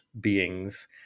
beings